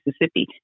Mississippi